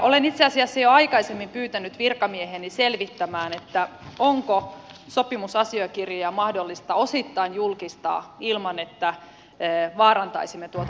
olen itse asiassa jo aikaisemmin pyytänyt virkamiehiäni selvittämään onko sopimusasiakirjaa mahdollista osittain julkistaa ilman että vaarantaisimme tuota vakuusjärjestelyä